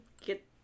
get